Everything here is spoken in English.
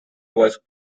was